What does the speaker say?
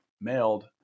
mailed